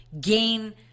gain